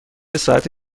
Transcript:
ساعت